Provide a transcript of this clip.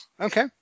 Okay